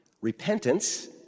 Repentance